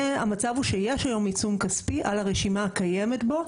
והמצב הוא שיש היום עיצום כספי על הרשימה הקיימת בו,